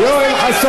חבר הכנסת יואל חסון.